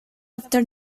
after